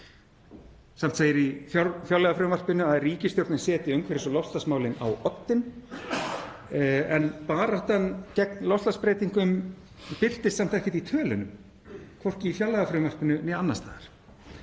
Samt segir í fjárlagafrumvarpinu að ríkisstjórnin setji umhverfis- og loftslagsmálin á oddinn en baráttan gegn loftslagsbreytingum birtist samt ekkert í tölunum, hvorki í fjárlagafrumvarpinu né annars staðar.